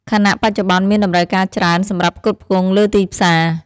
ខណៈបច្ចុប្បន្នមានតម្រូវការច្រើន សម្រាប់ផ្គត់ផ្គង់លើទីផ្សារ។